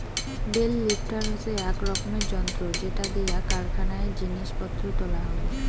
bell lifter হসে আক রকমের যন্ত্র যেটা দিয়া কারখানায় জিনিস পত্র তোলা হই